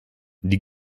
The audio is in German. die